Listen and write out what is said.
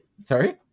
sorry